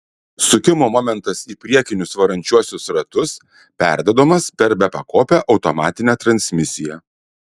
sukimo momentas į priekinius varančiuosius ratus perduodamas per bepakopę automatinę transmisiją